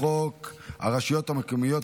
חוק שירות הקבע בצבא הגנה לישראל (גמלאות)